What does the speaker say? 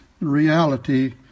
reality